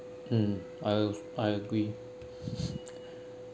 mm I I agree